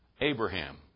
Abraham